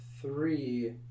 three